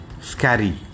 scary